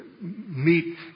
meet